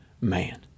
man